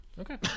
okay